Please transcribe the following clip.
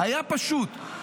היה פשוט.